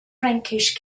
frankish